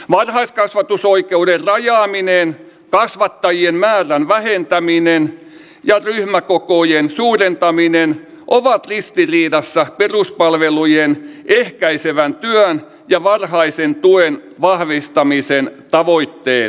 varhaiskasvatusoikeuden rajaaminen kasvattajien määrän vähentäminen ja ryhmäkokojen suurentaminen ovat ristiriidassa peruspalvelujen ehkäisevän työn ja varhaisen tuen vahvistamisen tavoitteen kanssa